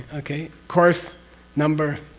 okay? course number?